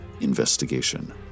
investigation